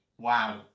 wow